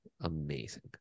Amazing